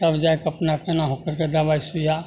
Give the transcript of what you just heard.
तब जाके अपना केनाहुँ करके दबाइ सूइया